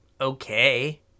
okay